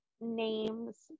names